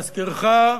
להזכירך,